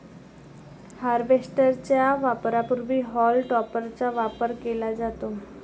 harvester च्या वापरापूर्वी हॉल टॉपरचा वापर केला जातो